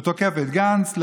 הוא תוקף את גנץ,